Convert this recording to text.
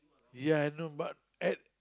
ya I know but at